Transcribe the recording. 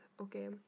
okay